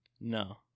No